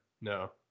No